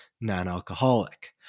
non-alcoholic